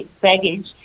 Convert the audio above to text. baggage